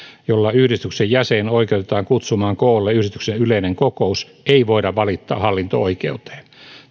jolla yhdistyksen jäsen oikeutetaan kutsumaan koolle yhdistyksen yleinen kokous ei voida valittaa hallinto oikeuteen